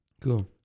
Cool